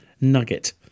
Nugget